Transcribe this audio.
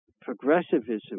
progressivism